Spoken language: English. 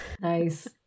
Nice